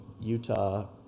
Utah